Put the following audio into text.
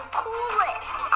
coolest